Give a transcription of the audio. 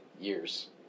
years